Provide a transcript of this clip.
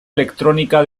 electrónica